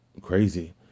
crazy